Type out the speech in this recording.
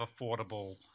affordable